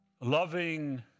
Loving